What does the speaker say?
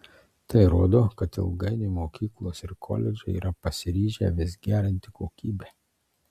tai rodo kad ilgainiui mokyklos ir koledžai yra pasiryžę vis gerinti kokybę